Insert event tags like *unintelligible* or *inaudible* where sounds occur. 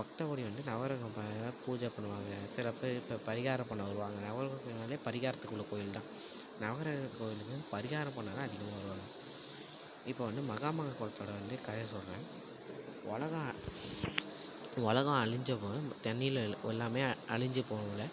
பக்த கோடிகள் வந்துட்டு நவக்கிரகம் *unintelligible* பூஜை பண்ணுவாங்க சிலப் பேர் பரிகாரம் பண்ண வருவாங்க நவக்கிரக கோயில்னாலே பரிகாரத்துக்கு உள்ள கோயில் தான் நவக்கிரக கோவிலுக்கு வந்து பரிகாரம் பண்ண தான் அதிகமாக வருவாங்க இப்போ வந்து மகாமக குளத்தோட வந்து கதையை சொல்கிறேன் உலகம் உலகம் அழிஞ்சப்போ தண்ணில எல்லாமே அழிஞ்சி போவக்குள்ளே